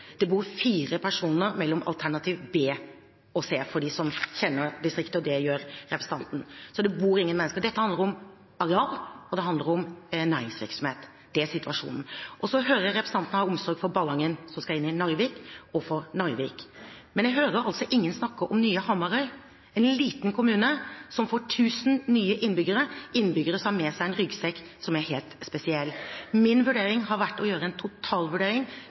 det bor fire personer mellom alternativ B og C, for dem som kjenner distriktet, og det gjør representanten. Så det bor ingen mennesker der. Dette handler om areal, og det handler om næringsvirksomhet. Det er situasjonen. Så hører jeg at representanten har omsorg for Ballangen, som skal inn i Narvik – og for Narvik. Men jeg hører ingen snakke om nye Hamarøy, en liten kommune som får 1 000 nye innbyggere, innbyggere som har med seg en ryggsekk som er helt spesiell. Min vurdering har vært å gjøre en totalvurdering,